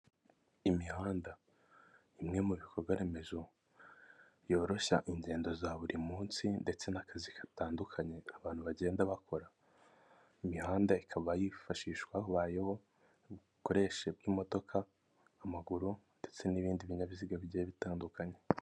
Imihanda, bimwe mu bikorwa remezo byoroshya ingendo za buri munsi ndetse n'akazi gatandukanye abantu bagenda bakora, imihanda ikaba yifashishwa habayeho ibikoresho by'imodoka, amaguru ndetse n'ibindi binyabiziga bigenda bitandukanye.